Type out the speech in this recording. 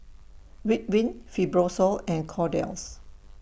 Ridwind Fibrosol and Kordel's